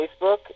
Facebook